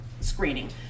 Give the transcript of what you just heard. screening